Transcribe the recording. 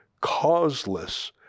causeless